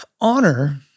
Honor